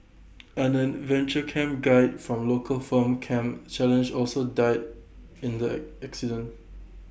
an adventure camp guide from local firm camp challenge also died in the incident